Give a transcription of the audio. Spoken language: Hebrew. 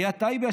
עיריית טייבה,